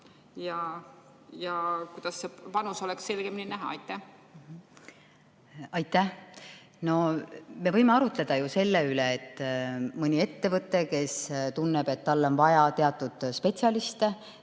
ja kuidas see panus oleks selgemini näha? Aitäh! Me võime ju arutleda selle üle, et mõni ettevõte, kes tunneb, et talle on vaja teatud spetsialiste,